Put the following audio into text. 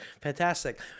fantastic